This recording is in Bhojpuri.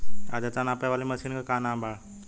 आद्रता नापे वाली मशीन क का नाव बा?